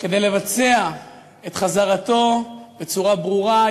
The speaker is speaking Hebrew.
כדי לבצע את חזרתו בצורה ברורה,